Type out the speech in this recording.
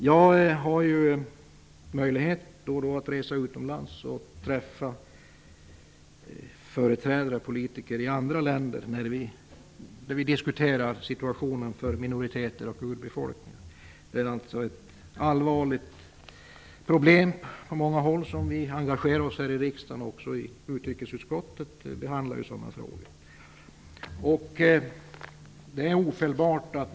Jag har då och då möjlighet att resa utomlands och träffa politiska företrädare i andra länder och diskutera situationen för minoriteter och urbefolkningar. Det är ett allvarligt problem på många håll i världen, som vi också här i riksdagen engagerar oss i -- utrikesutskottet behandlar ju frågor av den typen.